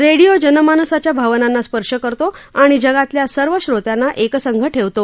radio जनमानसाच्या भावनांना स्पर्श करतो आणि जगातल्या सर्व श्रोत्यांना एकसंघ ठेवतो